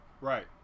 Right